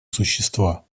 существа